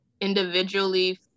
individually